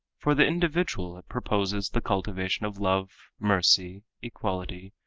for the individual it proposes the cultivation of love, mercy, equality,